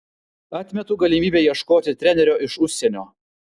atmetu galimybę ieškoti trenerio iš užsienio